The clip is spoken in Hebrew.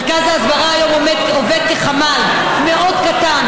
מרכז ההסברה היום עובד כחמ"ל מאוד קטן